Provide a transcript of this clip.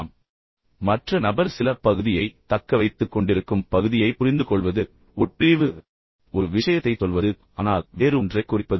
எனவே மற்ற நபர் சில பகுதியை தக்கவைத்துக் கொண்டிருக்கும் பகுதியை புரிந்துகொள்வது உட்பிரிவு ஒரு விஷயத்தைச் சொல்வது ஆனால் உண்மையில் வேறு ஒன்றைக் குறிப்பது